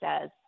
says